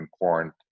important